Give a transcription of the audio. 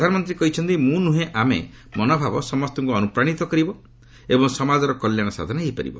ପ୍ରଧାନମନ୍ତ୍ରୀ କହିଛନ୍ତି ମୁଁ ନୁହେଁ ଆମେ ମନୋଭାବ ସମସ୍ତଙ୍କୁ ଅନୁପ୍ରାଣିତ କରିବ ଏବଂ ସମାଜର କଲ୍ୟାଣ ସାଧନ ହୋଇପାରିବ